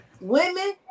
Women